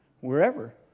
wherever